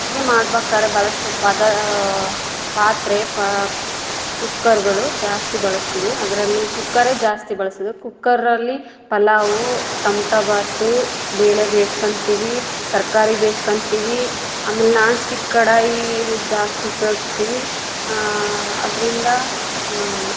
ಅಡಿಗೆ ಮಾಡ್ಬೇಕಾರ್ ಬಳಸೋ ಪದ ಪಾತ್ರೆ ಪ ಕುಕ್ಕರ್ಗಳು ಜಾಸ್ತಿ ಬಳಸ್ತೀವಿ ಅದರಲ್ಲಿ ಕುಕ್ಕರೇ ಜಾಸ್ತಿ ಬಳ್ಸೋದು ಕುಕ್ಕರ್ರಲ್ಲಿ ಪಲಾವು ಟಮ್ಟ ಭಾತ್ ಬೇಳೆ ಬೇಯ್ಸ್ಕೊಂತೀವಿ ತರಕಾರಿ ಬೇಯ್ಸ್ಕೊಂತೀವಿ ಆಮೇಲೆ ನಾನ್ಸ್ಟಿಕ್ ಕಡಾಯಿ ಜಾಸ್ತಿ ಉಪಯೋಗ್ಸ್ತೀವಿ ಅದರಿಂದ